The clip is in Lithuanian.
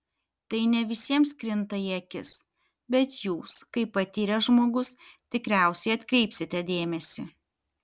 tai ne visiems krinta į akis bet jūs kaip patyręs žmogus tikriausiai atkreipsite dėmesį